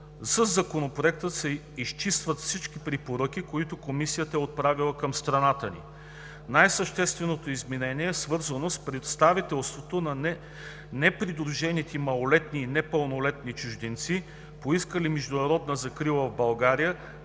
Със Законопроекта се изчистват всички препоръки, които Комисията е отправила към страната ни. Най-същественото изменение е свързано с представителството на непридружените малолетни и непълнолетни чужденци, поискали международна закрила в България,